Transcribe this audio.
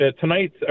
tonight